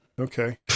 Okay